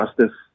Justice